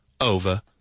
over